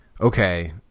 okay